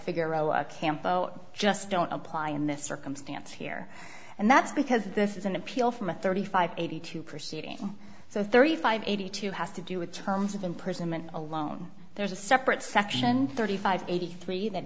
camp just don't apply in this circumstance here and that's because this is an appeal from a thirty five eighty two proceeding so thirty five eighty two has to do with terms of imprisonment alone there's a separate section thirty five eighty three tha